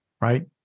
right